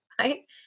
right